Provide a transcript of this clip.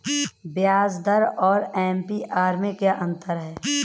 ब्याज दर और ए.पी.आर में क्या अंतर है?